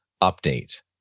update